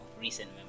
recent